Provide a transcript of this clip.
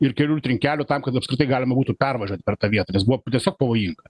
ir kelių trinkelių tam kad apskritai galima būtų pervažiuot per tą vietą nes buvo tiesiog pavojinga